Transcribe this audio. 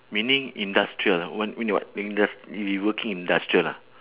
meaning industrial ah when you not indus~ you you working in industrial ah